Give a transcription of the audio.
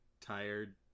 tired